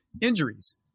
injuries